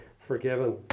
forgiven